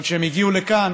אבל כשהם הגיעו לכאן,